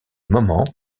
moment